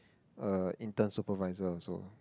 uh intern supervisor also